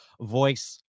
voice